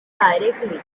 directly